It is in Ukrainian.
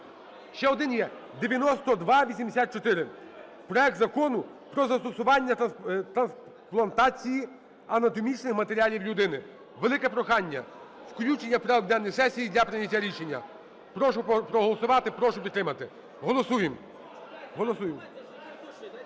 ще один є. 9284: проект Закону про застосування трансплантації анатомічних матеріалів людині. Велике прохання – включення в порядок денний сесії для прийняття рішення. Прошу проголосувати. Прошу підтримати. Голосуємо.